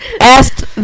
Asked